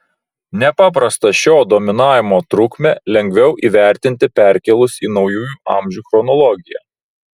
nepaprastą šio dominavimo trukmę lengviau įvertinti perkėlus į naujųjų amžių chronologiją